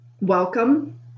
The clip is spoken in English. welcome